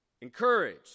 Encourage